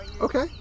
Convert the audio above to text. Okay